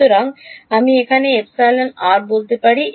সুতরাং আমি এখানে এপিসিলন r বলতে পারি